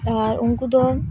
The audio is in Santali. ᱟᱨ ᱩᱱᱠᱩ ᱫᱚ